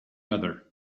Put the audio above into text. other